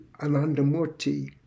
Anandamurti